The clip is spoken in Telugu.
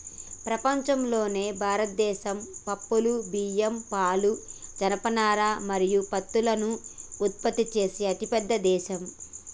ప్రపంచంలోనే భారతదేశం పప్పులు, బియ్యం, పాలు, జనపనార మరియు పత్తులను ఉత్పత్తి చేసే అతిపెద్ద దేశం